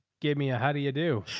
gave me a, how do you do?